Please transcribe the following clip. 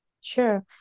Sure